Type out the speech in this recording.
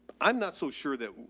i'm not so sure that,